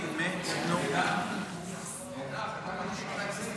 היא אחראית